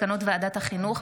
מסקנות ועדת החינוך,